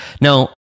Now